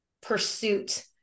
pursuit